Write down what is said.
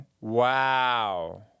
Wow